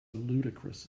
ludicrous